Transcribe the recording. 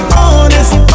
honest